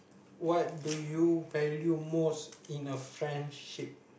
what do you value most in a friendship